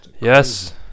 Yes